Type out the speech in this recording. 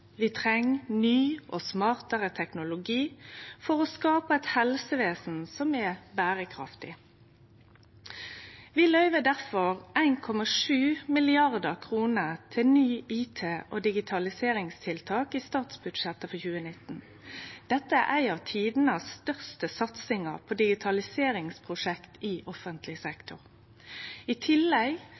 Vi treng ny og smartare teknologi for å skape eit helsevesen som er berekraftig. Vi løyver derfor 1,7 mrd. kr til nye IT- og digitaliseringstiltak i statsbudsjettet for 2019. Dette er ei av tidenes største satsingar på digitaliseringsprosjekt i offentleg sektor. I tillegg